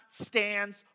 stands